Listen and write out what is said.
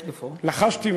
לחשתי,